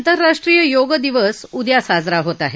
आंतरराष्ट्रीय योग दिवस उद्या साजरा होणार आहे